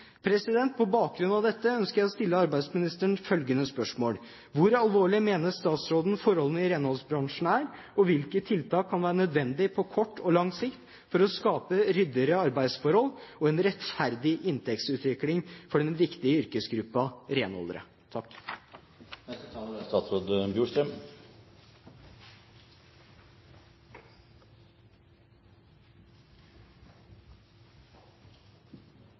På bakgrunn av dette ønsker jeg å stille arbeidsministeren følgende spørsmål: Hvor alvorlig mener statsråden forholdene i renholdsbransjen er, og hvilke tiltak kan være nødvendig på kort og lang sikt for å skape ryddigere arbeidsforhold og en rettferdig inntektsutvikling for den viktige yrkesgruppa